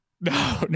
No